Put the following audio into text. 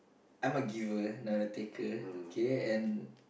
I'm a giver not a taker okay and